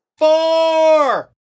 Four